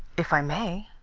if i may,